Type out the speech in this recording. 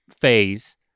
phase